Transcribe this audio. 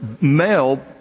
male